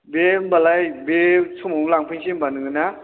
दे होनबालाय बे समावनो लांफैनोसै होनबा नोङो ना